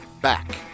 back